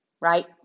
Right